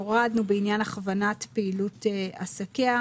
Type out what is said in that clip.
הורדנו את "בעניין הכוונת פעילות עסקיה",